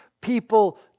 people